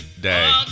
day